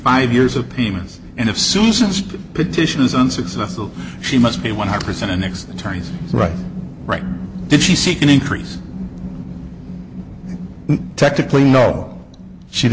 five years of payments and if susan's petition is unsuccessful she must be one hundred percent in next attorneys right right did she see can increase technically no she